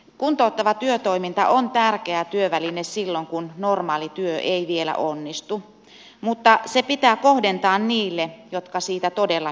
kuntouttava työtoiminta on tärkeä työväline silloin kun normaali työ ei vielä onnistu mutta se pitää kohdentaa heille jotka siitä todella hyötyvät